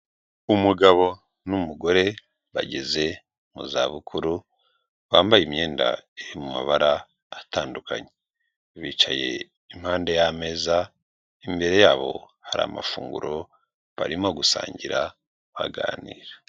Umugabo n'umugore bageze mu za bukuru bambaye imyenda iri mu mabara atandukanye, bicaye impande y'ameza, imbere yabo hari amafunguro barimo gusangira baganira.